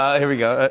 here we go.